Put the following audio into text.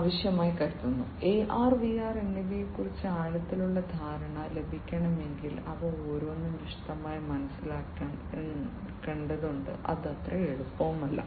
ആവശ്യമാണ് AR VR എന്നിവയെക്കുറിച്ച് ആഴത്തിലുള്ള ധാരണ ലഭിക്കണമെങ്കിൽ അവ ഓരോന്നും വിശദമായി മനസ്സിലാക്കുന്നത് എളുപ്പമല്ല